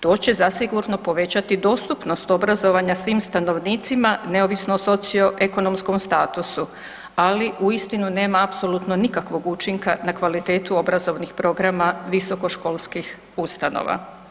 To će zasigurno povećati dostupnost obrazovanja svim stanovnicima neovisno o socio-ekonomskom statusu ali uistinu nema apsolutno nikakvog učinka na kvalitetu obrazovnih programa visokoškolskih ustanova.